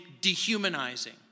dehumanizing